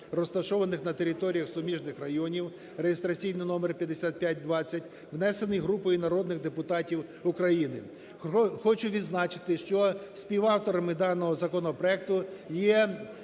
розташованих на територіях суміжних районів (реєстраційний номер 5520), внесений групою народних депутатів України. Хочу відзначити, що співавторами даного законопроекту є